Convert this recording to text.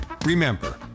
Remember